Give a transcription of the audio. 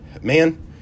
man